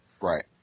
Right